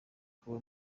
kuba